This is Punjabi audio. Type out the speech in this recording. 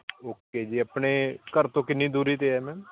ਓਕੇ ਜੀ ਆਪਣੇ ਘਰ ਤੋਂ ਕਿੰਨੀ ਦੂਰੀ 'ਤੇ ਹੈ ਮੈਮ